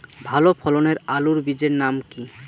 ভালো ফলনের আলুর বীজের নাম কি?